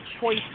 choice